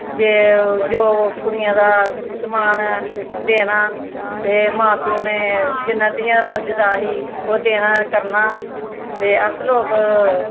जे जो कुड़ियें दा समान ऐ देना ते मा प्यो नै जिन्ना धियें दा फर्ज ही ओह् देना करना ते अस लोक